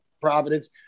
Providence